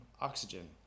oxygen